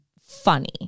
funny